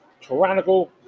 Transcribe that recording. tyrannical